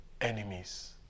enemies